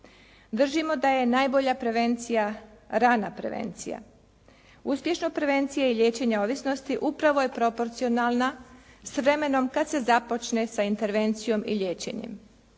Držimo da je najbolja prevencija rana prevencija. Uspješnost prevencije i liječenja ovisnosti upravo je proporcionalna s vremenom kad se započne sa intervencijom i liječenjem.